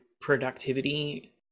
productivity